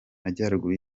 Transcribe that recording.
majyaruguru